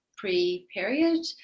Pre-period